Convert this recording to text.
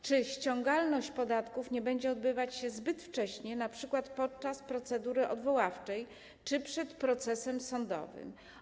Czy ściąganie podatków nie będzie odbywać się zbyt wcześnie, np. podczas procedury odwoławczej czy przed procesem sądowym?